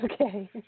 Okay